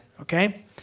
okay